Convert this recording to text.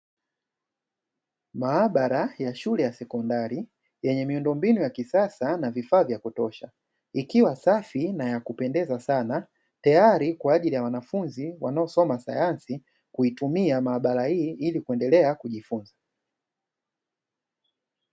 Maabara ya shule ya sekondari yenye miundombinu ya kisasa na vifaa vya kutosha, ikiwa safi na ya kupendeza sana tayari kwa ajili ya wanafunzi wanaosoma sayansi kuitumia maabara hii ili kuendelea kujifunza.